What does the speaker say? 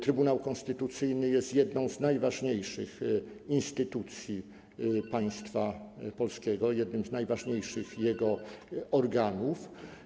Trybunał Konstytucyjny jest jedną z najważniejszych instytucji państwa polskiego, jednym z najważniejszych jego organów.